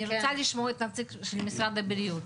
אני רוצה לשמוע את הנציג של משרד הבריאות.